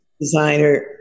designer